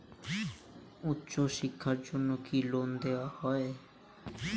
উচ্চশিক্ষার জন্য কি লোন দেওয়া হয়?